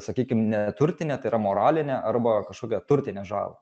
sakykim neturtinę tai yra moralinę arba kažkokią turtinę žalą